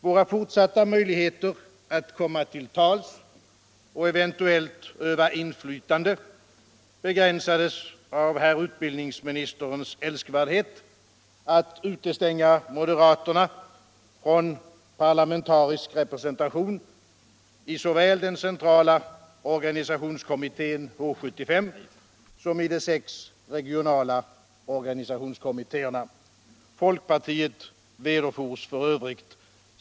Våra fortsatta möjligheter att komma till tals och eventuellt öva inflytande begränsades av herr utbildningsministerns älskvärdhet att utestänga moderaterna från parlamentarisk representation i såväl den centrala organisationskommittén H 75 som de sex regionala organisationskommittéerna. Folkpartiet vederfors f.ö.